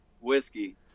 whiskey